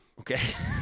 okay